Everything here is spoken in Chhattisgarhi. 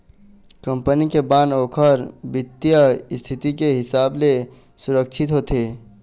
कंपनी के बांड ओखर बित्तीय इस्थिति के हिसाब ले सुरक्छित होथे